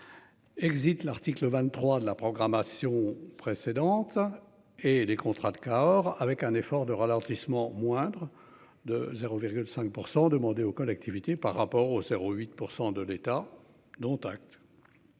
Exit l'article 23 de la programmation précédentes. Et les contrats de Cahors avec un effort de ralentissement moindre de 0,5% demandés aux collectivités par rapport au, 0 8 % de l'État. Dont acte.